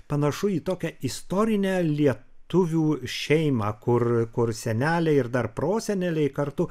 panašu į tokią istorinę lietuvių šeimą kur kur seneliai ir dar proseneliai kartu